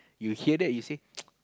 you hear that you say